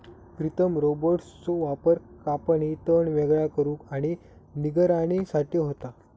प्रीतम रोबोट्सचो वापर कापणी, तण वेगळा करुक आणि निगराणी साठी होता